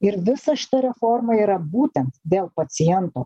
ir visa šita reforma yra būtent dėl paciento